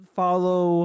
follow